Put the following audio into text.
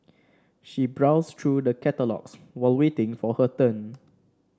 she browsed through the catalogues while waiting for her turn